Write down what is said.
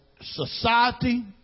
society